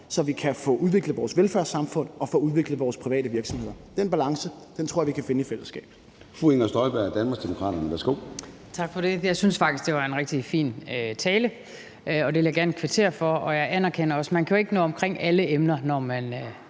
så vi kan få udviklet vores velfærdssamfund og få udviklet vores private virksomheder. Den balance tror jeg at vi kan finde i fællesskab.